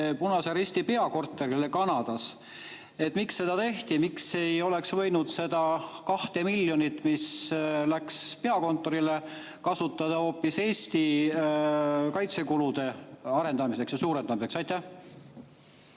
Punase Risti peakorterile Kanadas. Miks seda tehti, miks ei oleks võinud seda 2 miljonit, mis läks peakontorile, kasutada hoopis Eesti kaitsekulude suurendamiseks? Aitäh!